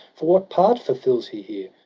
for what part fulfils he here?